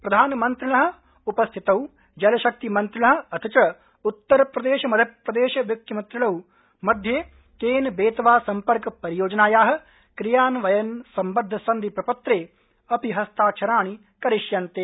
प्रधानमंत्रिण उपस्थितौ जलशक्तिमंत्रिण अथ च उत्तरप्रदेश मध्यप्रदेश मुख्यमंत्रिणो मध्ये केन बेतववा सम्पर्क परियोजनाया क्रियान्वयन संबद्ध सन्धि प्रपत्रे अपि हस्ताक्षराणि करिष्यन्ते